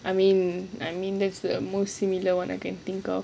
I mean I mean that's the most similar [one] I can think of